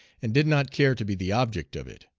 and did not care to be the object of it.